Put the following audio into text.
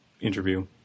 interview